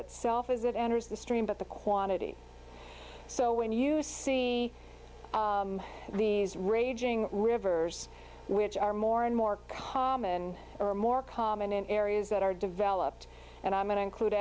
itself as it enters the stream but the quantity so when you see these raging rivers which are more and more common are more common in areas that are developed and i'm going to include